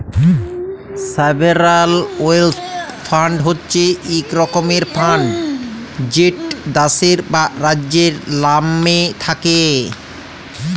sovereign wealth fund হছে ইক রকমের ফাল্ড যেট দ্যাশের বা রাজ্যের লামে থ্যাকে